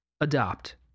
Adopt